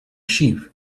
sheep